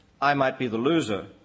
I-might-be-the-loser